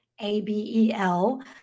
A-B-E-L